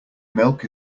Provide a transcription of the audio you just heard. milk